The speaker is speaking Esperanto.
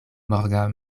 morgaŭ